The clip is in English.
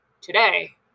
today